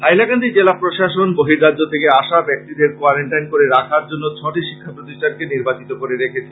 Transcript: হাইলাকান্দি জেলা প্রশাসন বর্হি রাজ্য থেকে আসা ব্যাক্তিদের কোয়ারেনটাইন করে রাখার জন্য ছটি শিক্ষা প্রতিষ্ঠানকে নির্বাচিত করে রেখেছে